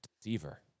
deceiver